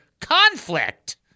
conflict